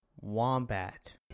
Wombat